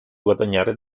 guadagnare